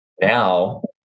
Now